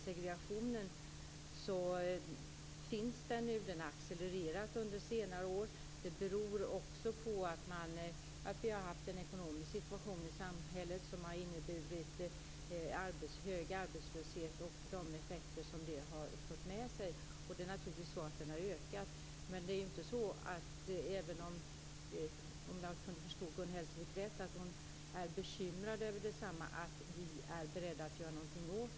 Segregationen finns och den har accelererat under senare år. Det beror också på att vi har haft en ekonomisk situation i samhället som har inneburit hög arbetslöshet med efterföljande effekter. Om jag förstod Gun Hellsvik rätt var hon bekymrad över den ökande segregationen.